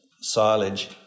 silage